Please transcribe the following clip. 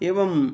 एवम्